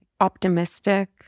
optimistic